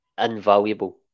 invaluable